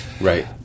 Right